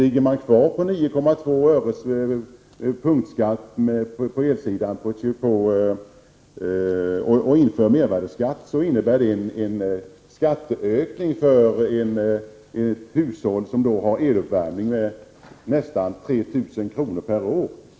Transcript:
Har man kvar nivån 4,2 öre och inför mervärdeskatt, innebär detta en skatteökning för ett hushåll med eluppvärmning med nästan 3 000 kr. per år.